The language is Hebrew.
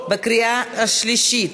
בקריאה השלישית,